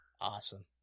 Awesome